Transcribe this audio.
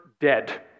dead